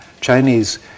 Chinese